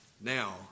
now